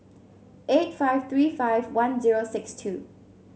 eight five three five one zero six two